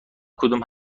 کدوم